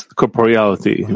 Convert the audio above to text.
corporeality